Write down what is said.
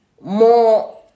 more